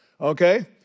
okay